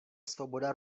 svoboda